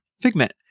Figment